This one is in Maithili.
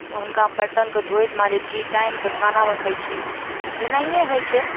हुनका बर्तनके धोइत माँजैत छी टाइमसँ खाना बनबय छी तेनाहियेँ होइ छै